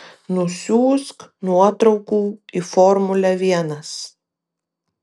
nusiųsk nuotraukų į formulę vienas